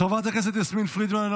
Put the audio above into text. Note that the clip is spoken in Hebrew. חברת הכנסת יסמין פרידמן, אינה